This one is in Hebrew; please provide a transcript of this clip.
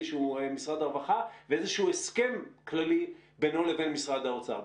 שהוא משרד הרווחה ואיזשהו הסכם כללי בינו לבין משרד האוצר.